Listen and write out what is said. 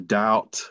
doubt